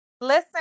Listen